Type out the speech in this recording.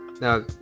Now